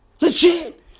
Legit